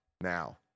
now